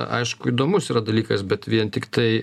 aišku įdomus yra dalykas bet vien tiktai